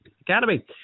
Academy